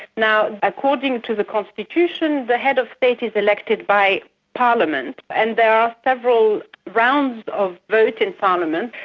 now according to the constitution the head of state is elected by parliament, and there are several rounds of vote in parliament.